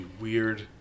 weird